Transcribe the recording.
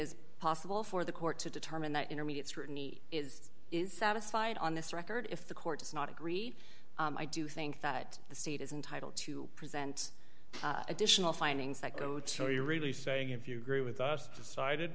is possible for the court to determine that intermediate scrutiny is is satisfied on this record if the court does not agree i do think that the state is entitled to present additional findings that goto you really saying if you agree with us decided